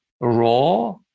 raw